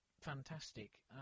fantastic